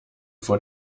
vor